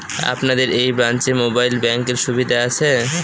আপনাদের এই ব্রাঞ্চে মোবাইল ব্যাংকের সুবিধে আছে?